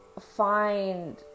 find